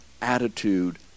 attitude